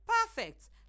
Perfect